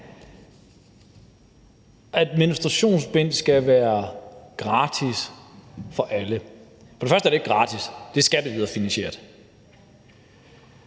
At menstruationsbind skal være gratis for alle: For det første er det ikke gratis, det er skatteyderfinansieret.